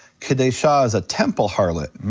kedeshah is a temple harlot,